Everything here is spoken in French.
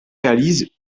réalise